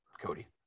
Cody